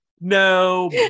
No